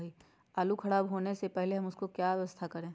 आलू खराब होने से पहले हम उसको क्या व्यवस्था करें?